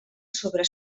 sobre